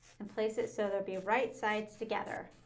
and place it so they'll be right sides together.